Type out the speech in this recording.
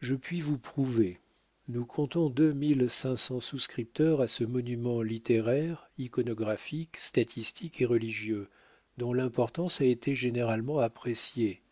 je puis vous prouver que nous comptons deux mille cinq cents souscripteurs à ce monument littéraire iconographique statistique et religieux dont l'importance a été généralement appréciée